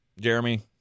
Jeremy